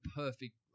perfect